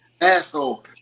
asshole